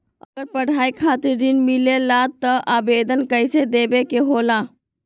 अगर पढ़ाई खातीर ऋण मिले ला त आवेदन कईसे देवे के होला?